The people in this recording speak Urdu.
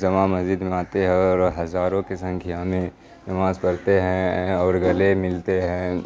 جامع مسجد میں آتے ہے اور ہزاروں کے سنکھیا میں نماز پڑھتے ہیں اور گلے ملتے ہیں